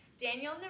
Daniel